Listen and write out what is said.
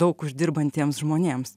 daug uždirbantiems žmonėms